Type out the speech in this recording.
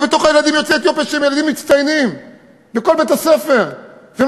בקרב הילדים יוצאי אתיופיה יש בכל בית-ספר ילדים שהם תלמידים